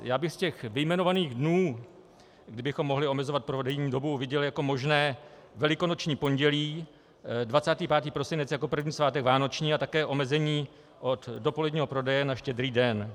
Já bych z těch vyjmenovaných dnů, kdy bychom mohli omezovat prodejní dobu, viděl jako možné Velikonoční pondělí, 25. prosinec jako první svátek vánoční a také omezení od dopoledního prodeje na Štědrý den.